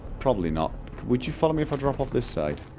probably not would you follow me if i drop off this side?